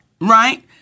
right